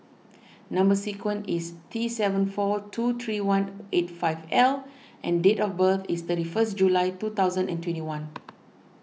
Number Sequence is T seven four two three one eight five L and date of birth is thirty first July two thousand and twenty one